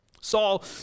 Saul